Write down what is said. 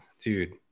dude